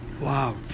Wow